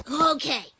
okay